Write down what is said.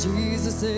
Jesus